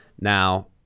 now